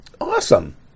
Awesome